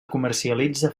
comercialitza